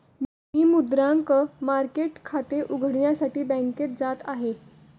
मी मुद्रांक मार्केट खाते उघडण्यासाठी बँकेत जात आहे